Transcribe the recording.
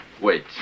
Wait